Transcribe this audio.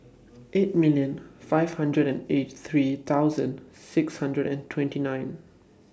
eight million five hundred and eighty three thousand six hundred and twenty nine